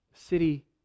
city